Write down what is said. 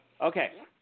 Okay